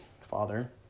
father